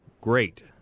great